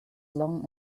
long